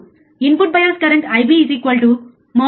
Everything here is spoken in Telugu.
input bias current IB | IB IB | 2